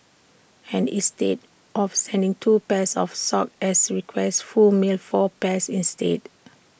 and instead of sending two pairs of socks as requested Foo mailed four pairs instead